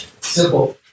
simple